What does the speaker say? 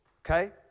Okay